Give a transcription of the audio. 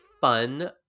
fun